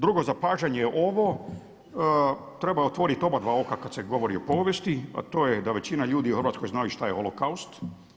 Drugo, zapažanje ovo treba otvorit oba dva oka kad se govori o povijesti, a to je da većina ljudi u Hrvatskoj znaju šta je Holokaust.